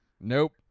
Nope